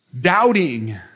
Doubting